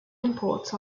imports